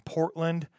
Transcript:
Portland